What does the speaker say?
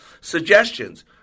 Suggestions